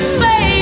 say